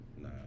nah